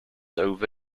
over